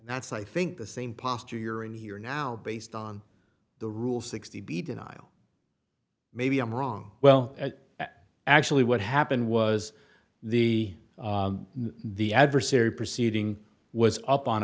motion that's i think the same posture you're in here now based on the rule sixty b denial maybe i'm wrong well actually what happened was the the adversary proceeding was up on